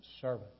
servant